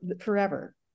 forever